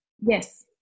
Yes